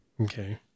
Okay